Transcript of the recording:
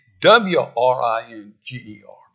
W-R-I-N-G-E-R